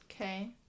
Okay